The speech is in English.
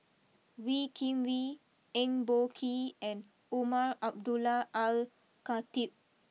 Wee Kim Wee Eng Boh Kee and Umar Abdullah AlKhatib